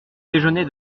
déjeuner